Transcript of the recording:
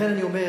לכן, אני אומר: